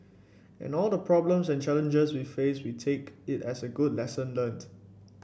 and all the problems and challenges we face we take it as a good lesson learnt